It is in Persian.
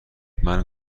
منم